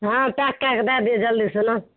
हँ पैक कए के दए दियौ जल्दी सना